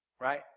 right